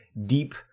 deep